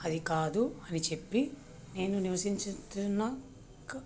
అది కాదు అని చెప్పి నేను నివసిస్తున్న క